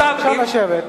אפשר לשבת.